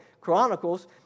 Chronicles